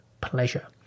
pleasure